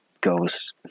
goes